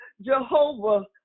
Jehovah